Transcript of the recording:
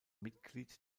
mitglied